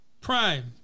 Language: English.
Prime